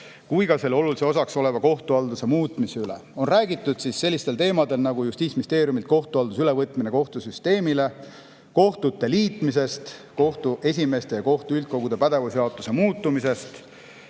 kui ka selle oluliseks osaks oleva kohtuhalduse muutmise üle. On räägitud sellistel teemadel nagu Justiitsministeeriumilt kohtuhalduse üleandmine kohtusüsteemile, kohtute liitmine, kohtu esimeeste ja kohtu üldkogude pädevusjaotuse muutmine